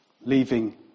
leaving